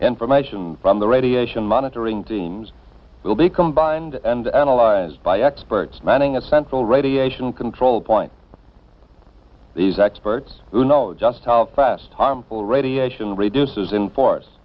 information from the radiation monitoring teams will be combined and analyzed by experts manning a central radiation control point these experts who know just how fast harmful radiation reduces inforce